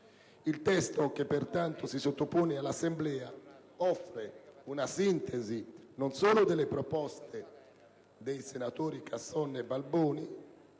Il testo che pertanto si sottopone all'Assemblea offre una sintesi non solo delle proposte dei senatori Casson e Balboni,